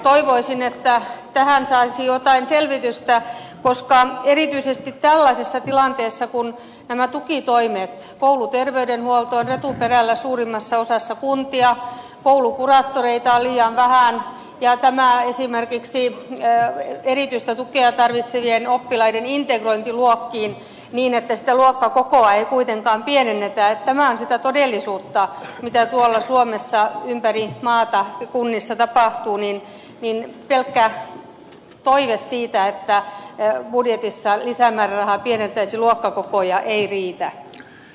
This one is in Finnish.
toivoisin että tähän saisi jotain selvitystä koska erityisesti tällaisessa tilanteessa kun nämä tukitoimet ovat riittämättömät kouluterveydenhuolto on retuperällä suurimmassa osassa kuntia koulukuraattoreita on liian vähän ja esimerkiksi erityistä tukea tarvitsevien oppilaiden integrointi luokkiin niin että luokkakokoa ei kuitenkaan pienennetä on sitä todellisuutta mitä tuolla suomessa ympäri maata kunnissa tapahtuu niin pelkkä toive siitä että budjetissa lisämääräraha pienentäisi luokkakokoja ei riitä